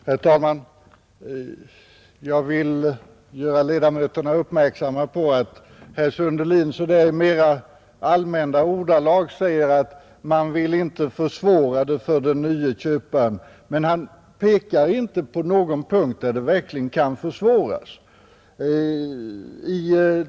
Herr talman! Jag vill göra ledamöterna uppmärksamma på att herr Sundelin i mera allmänna ordalag säger att man inte vill försvåra situationen för köparen, men han pekar inte på någon punkt där det verkligen blir svårigheter.